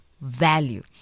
value